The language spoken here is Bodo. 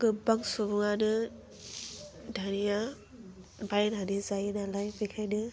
गोबां सुबुङानो दानिया बायनानै जायो नालाय बेखायनो